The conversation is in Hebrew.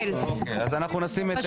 אז אנחנו נשים את